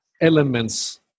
elements